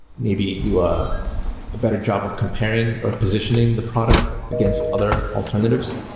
maybe do ah a better job of comparing or positioning the product against other alternatives,